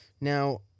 Now